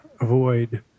avoid